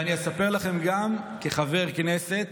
אספר לכם, שגם כחבר כנסת